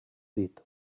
dit